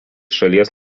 šalies